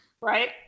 right